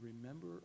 remember